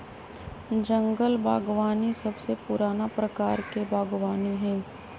जंगल बागवानी सबसे पुराना प्रकार के बागवानी हई